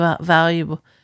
valuable